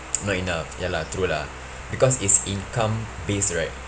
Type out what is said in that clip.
not enough ya lah true lah because it's income based right